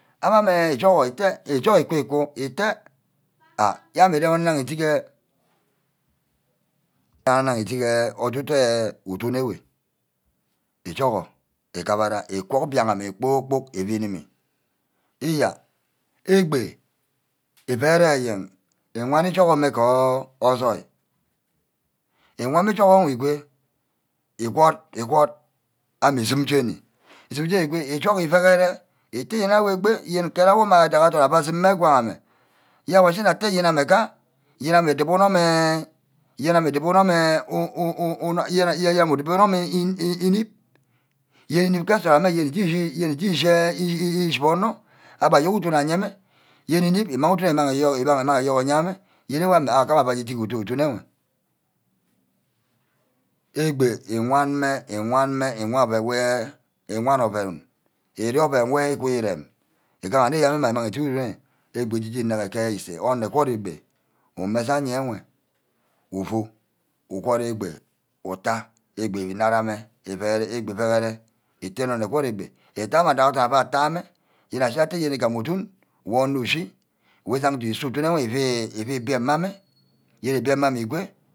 Amame ígoho ítte. ijoho íku-íku îtte ah yene ame urem nnang udit enh. ujagna udit enh otu-otu udun ewe. íjoho igubara îkwo mbiaghamme kpor-kpork ìuu-nime. iye egbe ívere eyen iwan ijohome goor ojoí. íwan ijoho mme ígoi. egwad egwad ame usume jeni. usume jeni igo. íjoho uuekhere yene awor egbe awor mme adíct adorn afu asumeh ngwahame yene awor ashini nte ame nga. yene ame udip unorm eh. yene ame udip unorm eh ineb yene ineb ke nsort amee uje ushehe ishibe onor agba duck udun ayeme yene îneb umah udori umang yoro uye-mme ame yene awor mma aje udun udun enwe. egbe uwan-mme. uwan-mme. uwan oven wey. uwan oven erio oven wor equi urem igaha-nne umang nne uje urene egbe uje uju unage ke îsah onor eqiuad egbe ume saha enwe ufu. ugwort egbe uta egbe egbe unarame. egbe uvenere uta inon egwort. egbe ute awor ada-adorn afu atta mme ame yene ashiga-atte ígam udun wor onor ushi wor ígam nne udun wor ifu gbem mme ame yene îgbem mme ígo